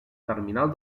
terminal